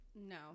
No